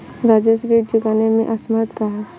राजेश ऋण चुकाने में असमर्थ रहा